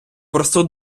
просто